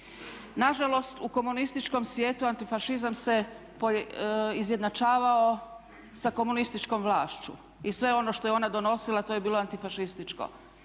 Nažalost u komunističkom svijetu antifašizam se izjednačavao sa komunističkom vlašću i sve ono što je ona donosila to je bilo antifašističko.